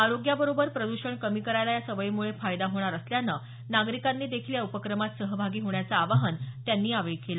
आरोग्याबरोबर प्रदषण कमी करायला या सवयीमुळे फायदा होणार असल्यानं नागरिकांनी देखील या उपक्रमात सहभागी होण्याचं आवाहन त्यांनी यावेळी केलं